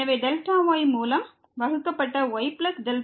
எனவே Δy மூலம் வகுக்கப்பட்ட yy மற்றும் fx y